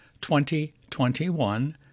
2021